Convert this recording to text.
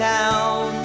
Town